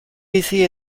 bizi